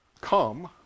come